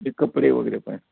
ते कपडे वगैरे पण